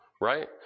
Right